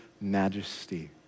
majesty